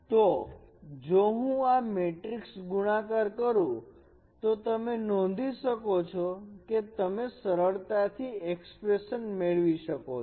તો જો હું આ મેટ્રિક્સ ગુણાકાર કરું તો તમે નોંધી શકો છો કે તમે સરળતાથી એક્સપ્રેશન મેળવી શકો છો